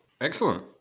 Excellent